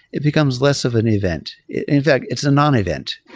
it becomes less of an event. in fact, it's a non-event.